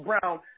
Brown